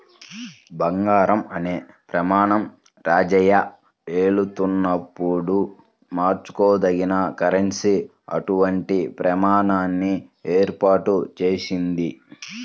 బంగారం అనే ప్రమాణం రాజ్యమేలుతున్నప్పుడు మార్చుకోదగిన కరెన్సీ అటువంటి ప్రమాణాన్ని ఏర్పాటు చేసింది